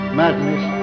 madness